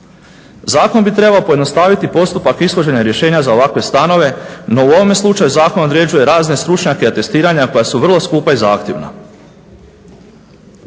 Zakon bi trebao pojednostaviti postupak ishođenja rješenja za ovakve stanove, no u ovome slučaju zakon određuje razne stručnjake i atestiranja koja su vrlo skupa i zahtjevna.